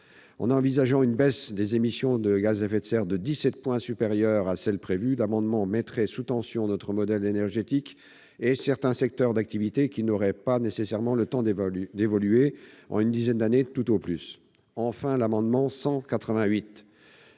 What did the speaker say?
viser une baisse des émissions de gaz à effet de serre de 17 points supérieure à celle prévue mettrait sous tension notre modèle énergétique et certains secteurs d'activité, qui n'auraient pas nécessairement le temps d'évoluer en une dizaine d'années tout au plus. Enfin, l'amendement n°